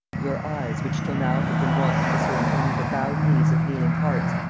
your eyes, which till now have been wont to discern only the bowed knees of kneeling hearts,